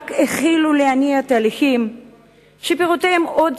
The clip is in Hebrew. רק התחילו להניע תהליכים שפירותיהם עוד